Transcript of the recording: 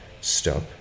Stop